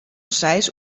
seis